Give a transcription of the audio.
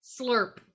slurp